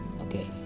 okay